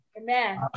Amen